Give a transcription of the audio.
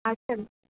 हा सर